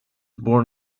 born